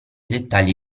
dettagli